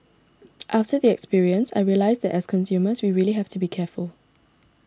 after the experience I realised that as consumers we really have to be careful